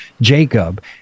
Jacob